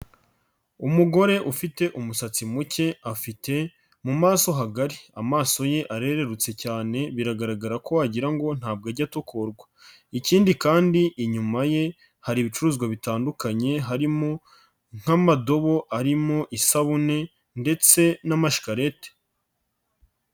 Umugore ufite umusatsi muke afite mu maso hagari amaso ye arererurutse cyane biragaragara ko wagira ngo ntabwo ajya atokorwarwa, ikindi kandi inyuma ye hari ibicuruzwa bitandukanye harimo nk'amadobo arimo isabune ndetse n'amashikarete.